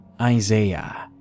Isaiah